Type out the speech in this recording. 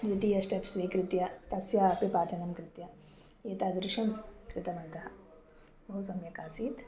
द्वितीय स्टेप्स् स्वीकृत्य तस्यापि पाठनं कृत्वा एतादृशं कृतवन्तः बहु सम्यक् आसीत्